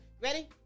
Ready